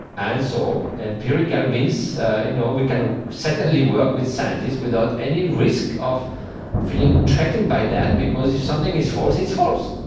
and so empirical means you know we can certainly work with scientists without any risk of feeling threatened by that, because if something is false, it's false.